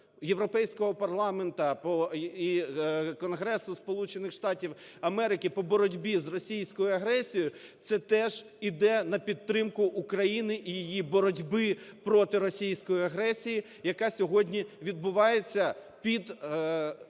Європейського парламенту і Конгресу Сполучених Штатів Америки по боротьбі з російською агресією це теж іде на підтримку України і її боротьби проти російської агресії, яка сьогодні відбувається під